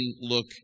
look